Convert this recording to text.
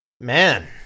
Man